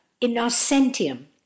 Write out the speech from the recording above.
Innocentium